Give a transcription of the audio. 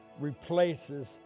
replaces